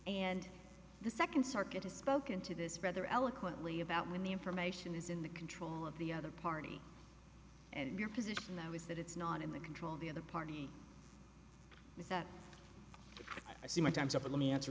and the second circuit has spoken to this rather eloquently about when the information is in the control of the other party and your position now is that it's not in the control of the other party is that i see my time's up let me answer